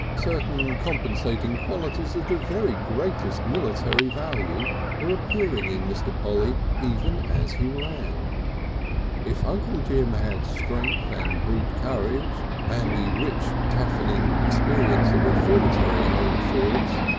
certain compensating qualities of the very greatest military value were appearing in mr. polly even as he ran if uncle jim had strength and brute courage and the rich toughening experience a reformatory home affords,